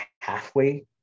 halfway